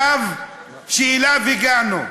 אני סבור שהגבלות אלה,